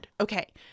okay